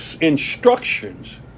Instructions